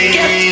get